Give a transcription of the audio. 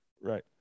Right